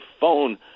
phone